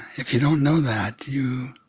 if you don't know that, you